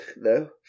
no